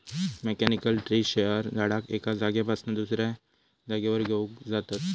mechanical tree shaker झाडाक एका जागेपासना दुसऱ्या जागेवर घेऊन जातत